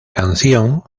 canción